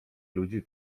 ludzi